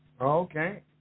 Okay